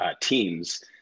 teams